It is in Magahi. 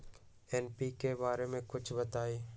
एन.पी.के बारे म कुछ बताई?